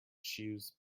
shoes